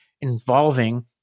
involving